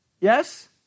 Yes